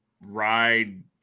ride